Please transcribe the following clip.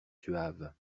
suaves